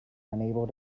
unable